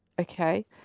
Okay